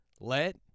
Let